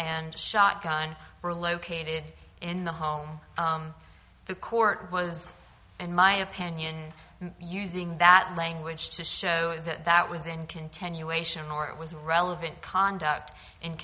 and shotgun were located in the home the court was in my opinion using that language to show that that was in continuation or it was relevant conduct and